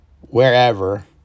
wherever